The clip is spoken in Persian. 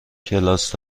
کلاس